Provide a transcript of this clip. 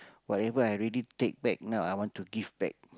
whatever I already take back now I want to give back